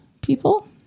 people